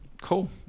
Cool